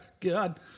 God